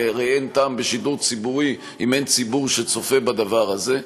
כי הרי אין טעם בשידור ציבורי אם אין ציבור שצופה בדבר הזה,